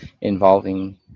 involving